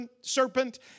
serpent